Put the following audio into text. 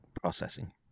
processing